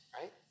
right